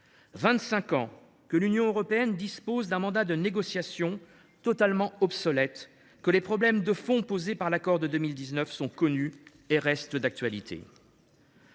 ans que l’Union européenne dispose d’un mandat de négociation totalement obsolète, que les problèmes de fond posés par l’accord de 2019 sont connus et restent d’actualité.